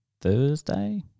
Thursday